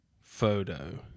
photo